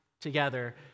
together